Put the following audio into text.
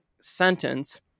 sentence